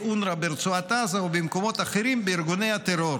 אונר"א ברצועת עזה ובמקומות אחרים בארגוני הטרור